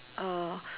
uh